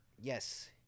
Yes